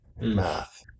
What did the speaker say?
math